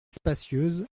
spacieuse